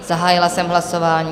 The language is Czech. Zahájila jsem hlasování.